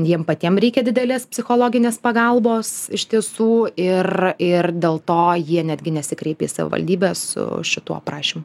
jiem patiem reikia didelės psichologinės pagalbos iš tiesų ir ir dėl to jie netgi nesikreipė į savivaldybę su šituo prašymu